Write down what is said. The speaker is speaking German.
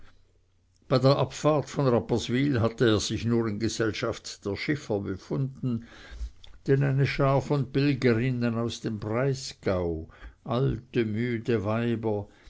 bei der abfahrt von rapperswyl hatte er sich nur in gesellschaft der schiffer befunden denn eine schar von pilgerinnen aus dem breisgau alte müde weiber